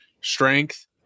strength